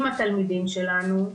עם התלמידים שלנו,